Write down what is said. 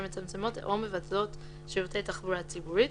מצמצמות או מבטלות שירותי תחבורה ציבורית,